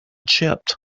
chipped